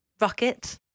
Rocket